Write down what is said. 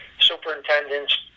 superintendents